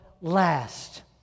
last